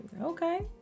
Okay